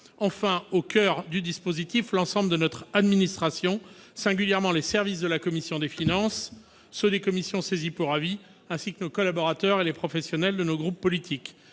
Je n'oublie pas l'ensemble de notre administration, les services de la commission des finances et des commissions saisies pour avis, ainsi que nos collaborateurs et les professionnels de nos groupes politiques.